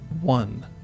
one